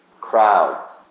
crowds